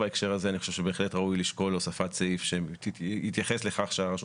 בהחלט ראוי לשקול הוספת סעיף שיתייחס לכך שהרשות